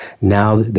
Now